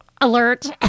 alert